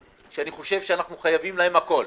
חושב שאנחנו חייבים להם הכול.